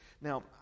Now